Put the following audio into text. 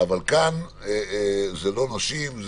אבל כאן זה לא נושים,